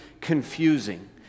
confusing